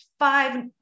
five